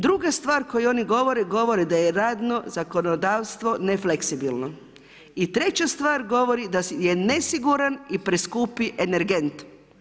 Druga stvar koju oni govore, govore da je radno zakonodavstvo nefleksibilno i treća stvari govori da je nesiguran i preskupi energent.